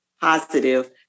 positive